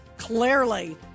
Clearly